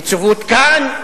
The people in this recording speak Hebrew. יציבות כאן,